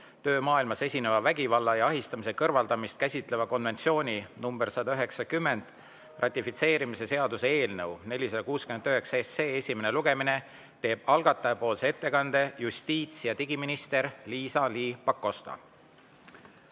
töömaailmas esineva vägivalla ja ahistamise kõrvaldamist käsitleva konventsiooni (nr 190) ratifitseerimise seaduse eelnõu 469 esimene lugemine, teeb algataja nimel ettekande justiits- ja digiminister Liisa-Ly Pakosta.